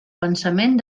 pensament